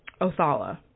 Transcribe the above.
othala